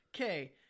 okay